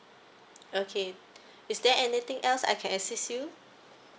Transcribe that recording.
okay is there anything else I can assist you